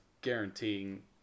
guaranteeing